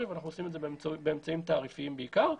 ואנחנו עושים את זה באמצעים של תעריף בעיקר.